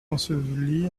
enseveli